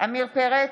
עמיר פרץ,